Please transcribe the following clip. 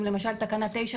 אם למשל תקנה 9,